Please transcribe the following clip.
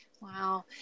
wow